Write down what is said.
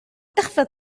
أخفض